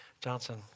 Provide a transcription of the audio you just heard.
Johnson